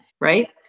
right